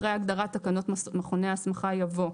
(י) אחרי ההגדרה "תקנות מכוני ההסמכה" יבוא: